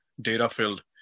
data-filled